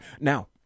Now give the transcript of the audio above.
now